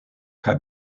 kaj